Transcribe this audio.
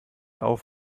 auf